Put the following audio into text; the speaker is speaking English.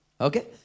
Okay